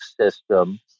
system